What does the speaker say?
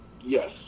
Yes